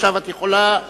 עכשיו את יכולה להרחיב.